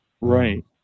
Right